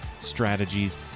strategies